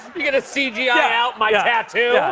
you gonna cgi out my tattoo? yeah.